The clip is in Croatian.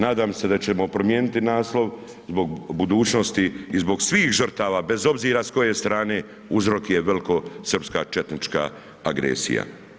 Nadam se da ćemo promijeniti naslov, zbog budućnosti i zbog svih žrtava bez obzira s koje strane, uzrok je velikosrpska, četnička agresija.